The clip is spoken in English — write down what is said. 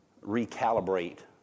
recalibrate